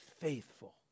faithful